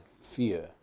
fear